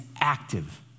active